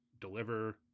deliver